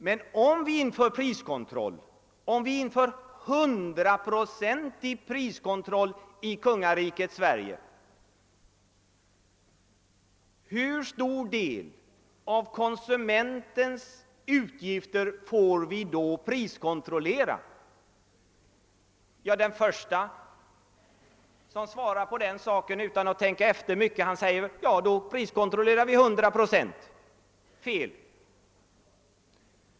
Men om vi inför hundraprocentig priskontroll i kungariket Sverige, hur stor del av konsumentens utgifter får vi då priskontrollera? Den förste som svarar på den frågan utan att tänka efter sä mycket säger väl: »Jo, då priskontrollerar vi 100 procent.» Fel!